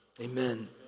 Amen